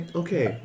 okay